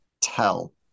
tell